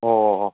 ꯑꯣ ꯍꯣꯏ ꯍꯣꯏ